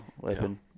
weapon